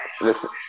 listen